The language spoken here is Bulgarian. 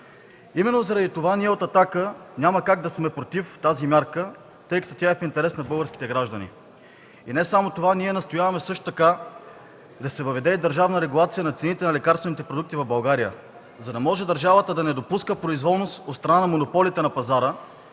Именно заради това ние от „Атака” няма как да сме против тази мярка, тъй като тя е в интерес на българските граждани. Не само това, настояваме да се въведе държавна регулация на цените на лекарствените продукти в България, за да може държавата да не допуска произволност от страна на монополите на пазара,